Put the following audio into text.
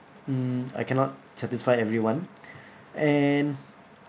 mm I cannot satisfy everyone and